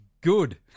Good